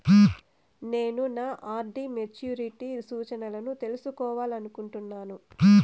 నేను నా RD maturity సూచనలను తెలుసుకోవాలనుకుంటున్నాను